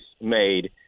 made